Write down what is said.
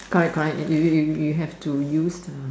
quite quite you read you read you have to use the